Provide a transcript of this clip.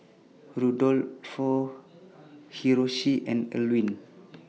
Rudolfo Hiroshi and Elwin